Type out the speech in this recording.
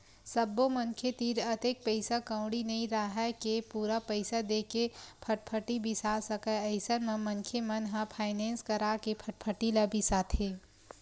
सब्बो मनखे तीर अतेक पइसा कउड़ी नइ राहय के पूरा पइसा देके फटफटी बिसा सकय अइसन म मनखे मन ह फायनेंस करा के फटफटी ल बिसाथे